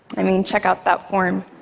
i mean, check out that form.